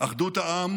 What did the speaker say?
אחדות העם